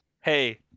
Hey